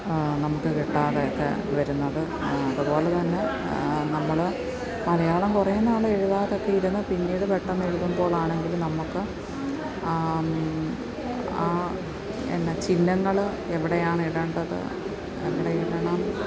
നമുക്ക് കിട്ടാതെയൊക്കെ വരുന്നത് അതുപോലെതന്നെ നമ്മള് മലയാളം കുറേനാള് എഴുതാതൊക്കെയിരുന്ന് പിന്നീട് പെട്ടെന്ന് എഴുതുമ്പോഴാണെങ്കിലും നമുക്ക് ആ എന്നാ ചിഹ്നങ്ങള് എവിടെയാണ് ഇടേണ്ടത് എവിടെയിടണം